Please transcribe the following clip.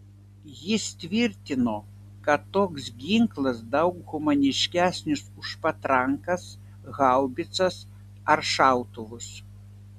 jis tvirtino kad toks ginklas daug humaniškesnis už patrankas haubicas ar šautuvus